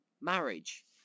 marriage